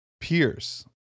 Pierce